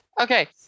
Okay